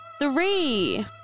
Three